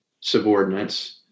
subordinates